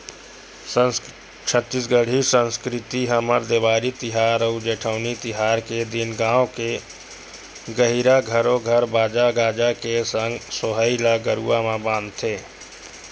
छत्तीसगढ़ी संस्कृति हमर देवारी तिहार अउ जेठवनी तिहार के दिन गाँव के गहिरा घरो घर बाजा गाजा के संग सोहई ल गरुवा म बांधथे